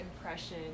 impression